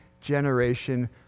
generation